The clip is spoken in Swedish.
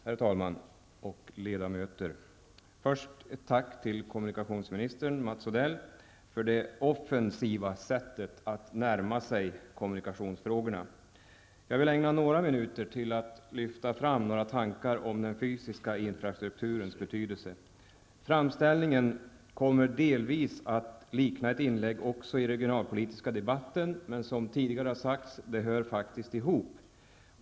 Herr talman! Först ett tack till kommunikationsministern, Mats Odell, för det offensiva sättet att närma sig kommunikationsfrågorna. Jag vill ägna några minuter till att lyfta fram några tankar om den fysiska infrastrukturens betydelse. Min framställning kommer delvis att likna ett inlägg under det regionalpolitiska avsnittet, men som tidigare har sagts hör dessa båda områden faktiskt ihop.